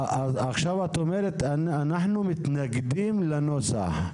עכשיו את אומרת אנחנו מתנגדים לנוסח.